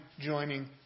joining